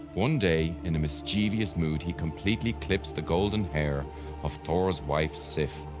one day, in a mischievous mood he completely clips the golden hair of thor's wife sif.